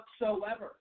whatsoever